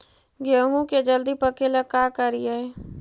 गेहूं के जल्दी पके ल का करियै?